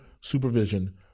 supervision